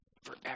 Forever